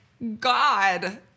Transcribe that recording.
God